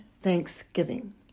thanksgiving